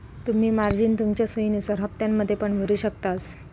तुम्ही मार्जिन तुमच्या सोयीनुसार हप्त्त्यांमध्ये पण भरु शकतास